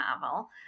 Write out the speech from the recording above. novel